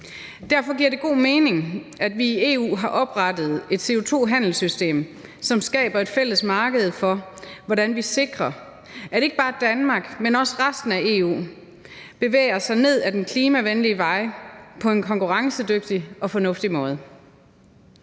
Derfor giver det god mening, at vi i EU har oprettet et CO2-handelssystem, som skaber et fælles marked for, hvordan vi sikrer, at ikke bare Danmark, men også resten af EU bevæger sig ned ad den klimavenlige vej på en konkurrencedygtig og fornuftig måde.